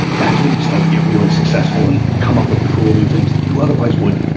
that's when you start to get really successful and come up with cool new things that you otherwise wouldn't,